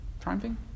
Triumphing